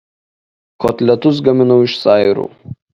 kotletus gaminau iš sairų